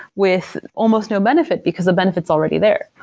with almost no benefit, because the benefit is already there.